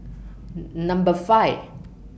Number five